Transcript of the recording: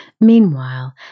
Meanwhile